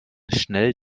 schnell